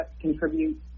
contribute